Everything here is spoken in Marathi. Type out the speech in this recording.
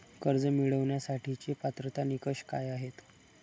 कर्ज मिळवण्यासाठीचे पात्रता निकष काय आहेत?